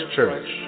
Church